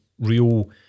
real